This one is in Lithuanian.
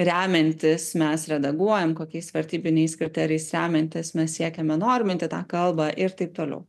remiantis mes redaguojam kokiais vertybiniais kriterijais remiantis mes siekiame norminti tą kalbą ir taip toliau